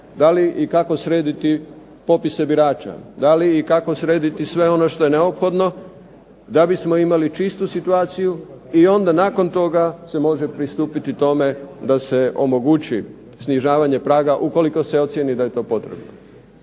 da li i kako srediti popise birača, da li i kako srediti sve ono što je neophodno da bismo imali čistu situaciju i onda nakon toga se može pristupiti tome da se omogući snižavanje praga ukoliko se ocijeni da je to potrebno.